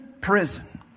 prison